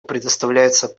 предоставляется